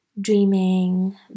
dreaming